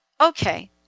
Okay